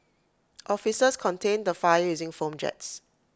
officers contained the fire using foam jets